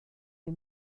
wir